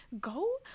Go